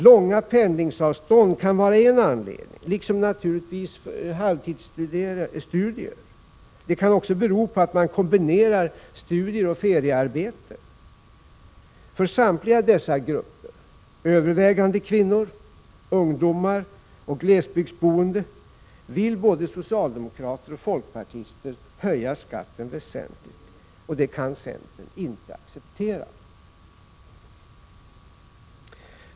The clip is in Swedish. Långa pendlingsavstånd kan vara en anledning liksom naturligtvis halvtidsstudier. En annan anledning kan vara att man kombinerar studier med feriearbete. För samtliga dessa grupper — övervägande kvinnor, ungdomar och glesbygdsboende — vill både socialdemokrater och folkpartister höja skatten väsentligt. Detta kan centern inte acceptera.